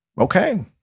okay